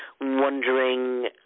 wondering